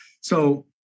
So-